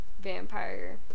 vampire